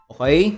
Okay